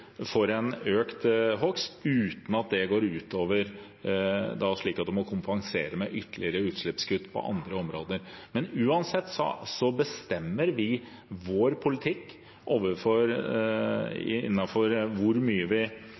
for en økt hogst, uten at man må kompensere med ytterligere utslippskutt på andre områder. Men uansett bestemmer vi vår politikk innenfor hvor mye vi